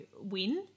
win